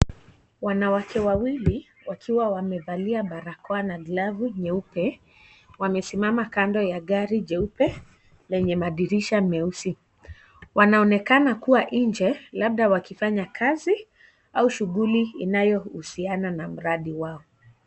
Wanawake wawili wakiwa wamevalia barakoa na glavu nyeupe, wamesimama kando ya gari jeupe lenye madirisha meusi. Wanaonekana kama labda nje wakifanya kazi au shughuli inayohusiana na mradi wao.